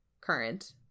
current